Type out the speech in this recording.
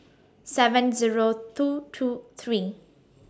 seven Zero two two three